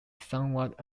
somewhat